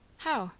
how